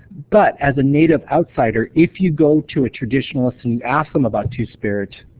but as a native outsider, if you go to a traditionalist and ask him about two-spirit,